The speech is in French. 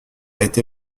été